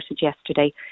yesterday